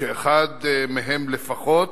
שאחד מהם לפחות